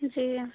जी